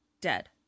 Dead